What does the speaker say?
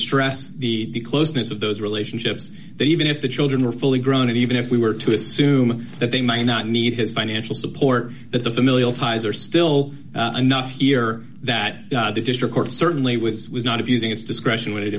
stress the closeness of those relationships that even if the children are fully grown and even if we were to assume that they may not need his financial support but the familial ties are still enough here that the district court certainly was not abusing its discretion when it